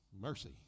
Mercy